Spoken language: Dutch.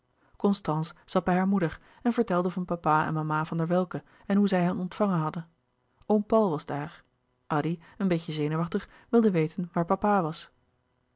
zat bij hare moeder en vertelde van papa en mama van der welcke en hoe zij hen ontvangen hadden oom paul was daar addy een beetje zenuwachtig wilde weten waar papa was